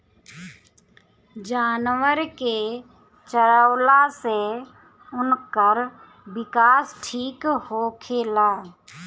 जानवर के चरवला से उनकर विकास ठीक होखेला